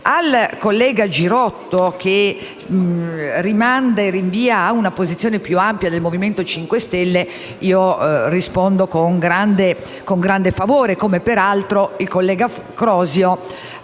Al collega Girotto, che rimanda e rinvia ad una posizione più ampia del Movimento 5 Stelle, rispondo con grande favore. Peraltro anche il collega Crosio